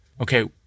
okay